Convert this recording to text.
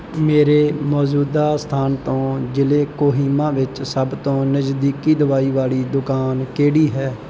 ਮੇਰੇ ਮੌਜੂਦਾ ਸਥਾਨ ਤੋਂ ਜ਼ਿਲ੍ਹੇ ਕੋਹਿਮਾ ਵਿੱਚ ਸਭ ਤੋਂ ਨਜ਼ਦੀਕੀ ਦਵਾਈ ਵਾਲੀ ਦੁਕਾਨ ਕਿਹੜੀ ਹੈ